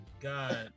God